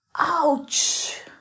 Ouch